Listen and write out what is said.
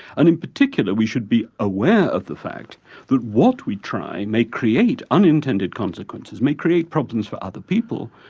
and in particular, we should be aware of the fact that what we try may create unintended consequences may create problems for other people,